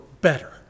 better